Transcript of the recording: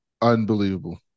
unbelievable